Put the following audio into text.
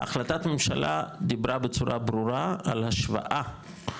החלטת ממשלה דיברה בצורה ברורה על השוואה,